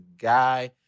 guy